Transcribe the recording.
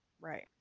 Right